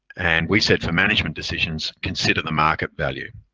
and we said for management decisions, consider the market value.